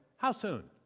how soon?